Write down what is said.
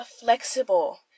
flexible